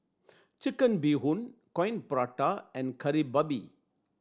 Chicken Bee Hoon Coin Prata and Kari Babi